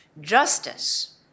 Justice